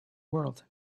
world